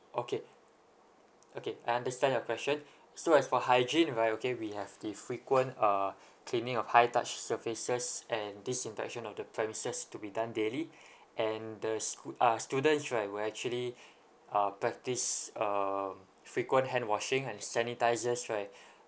okay okay I understand your question so as for hygiene right okay we have the frequent uh cleaning of high touch surfaces and disinfection of the premises to be done daily and the schoo~ uh students right will actually uh practice um frequent hand washing and sanitisers right